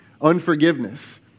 unforgiveness